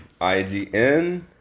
IGN